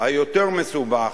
היותר מסובך,